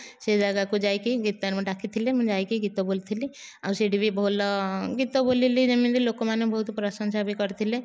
ସେ ଜାଗାକୁ ଯାଇକି ଗୀତକୁ ଡାକିଥିଲେ ମୁଁ ଯାଇକି ଗୀତ ବୋଲିଥିଲି ଆଉ ସେଇଠିବି ଭଲ ଗୀତ ବୋଲିଲି ଯେମିତି ଲୋକମାନେ ବହୁତ ପ୍ରଶଂସା ବି କରିଥିଲେ